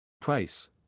Price